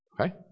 Okay